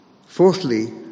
Fourthly